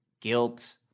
guilt